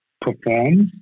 performs